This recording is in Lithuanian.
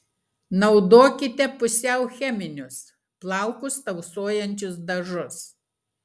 naudokite pusiau cheminius plaukus tausojančius dažus